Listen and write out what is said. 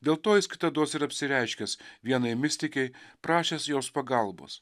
dėl to jis kitados ir apsireiškęs vienai mistikei prašęs jos pagalbos